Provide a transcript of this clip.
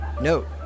note